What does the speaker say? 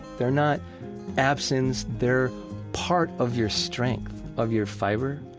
they're not absence. they're part of your strength, of your fiber.